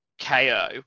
ko